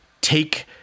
take